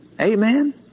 Amen